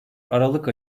aralık